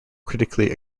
critically